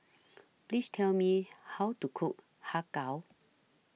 Please Tell Me How to Cook Har Kow